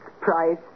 price